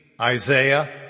Isaiah